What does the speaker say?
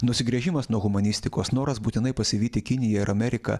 nusigręžimas nuo humanistikos noras būtinai pasivyti kiniją ir ameriką